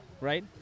right